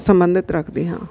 ਸੰਬੰਧਿਤ ਰੱਖਦੀ ਹਾਂ